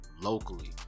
locally